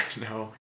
no